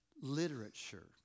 literature